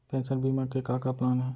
Pension बीमा के का का प्लान हे?